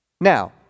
Now